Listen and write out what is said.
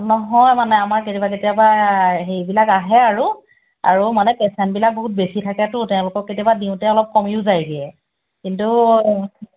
নহয় মানে আমাৰ কেতিয়াবা কেতিয়াবা হেৰিবিলাক আহে আৰু আৰু মানে পেচেণ্টবিলাক বহুত বেছি থাকেতো তেওঁলোকক কেতিয়াবা দিওঁতে অলপ কমিও যায়গৈ কিন্তু